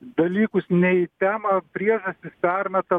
dalykus ne į temą priežastis permeta